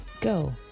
go